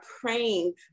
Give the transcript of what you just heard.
praying